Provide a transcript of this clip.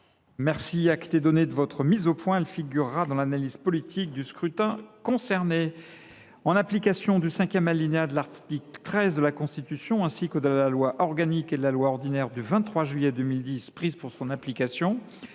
mise au point, ma chère collègue. Elle figurera dans l’analyse politique du scrutin. En application du cinquième alinéa de l’article 13 de la Constitution, ainsi que de la loi organique et de la loi ordinaire du 23 juillet 2010 prises pour son application,